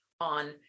on